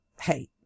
hey